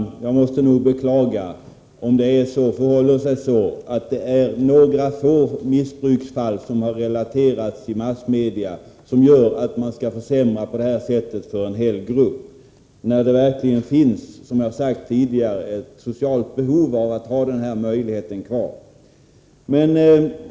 Herr talman! Jag måste beklaga om det är några få missbruksfall som relaterats i massmedia som gör att man försämrar på detta sätt för en hel grupp - när det verkligen finns, som jag sagt tidigare, ett socialt behov av att ha denna möjlighet kvar.